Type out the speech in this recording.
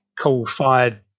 coal-fired